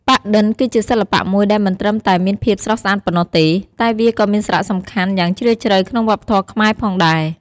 ប៉ាក់-ឌិន គឺជាសិល្បៈមួយដែលមិនត្រឹមតែមានភាពស្រស់ស្អាតប៉ុណ្ណោះទេ តែវាក៏មានសារៈសំខាន់យ៉ាងជ្រាលជ្រៅក្នុងវប្បធម៌ខ្មែរផងដែរ។